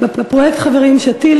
בפרויקט חברים "שתיל",